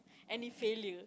any failure